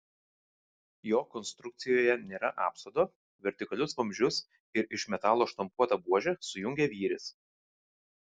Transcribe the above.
jo konstrukcijoje nėra apsodo vertikalius vamzdžius ir iš metalo štampuotą buožę sujungia vyris